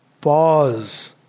pause